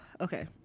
okay